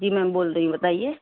جی ma'am بول رہی ہوں بتائیے